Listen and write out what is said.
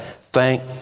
thank